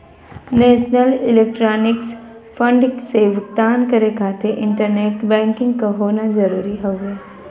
national electronics fund से भुगतान करे खातिर इंटरनेट बैंकिंग क होना जरुरी हउवे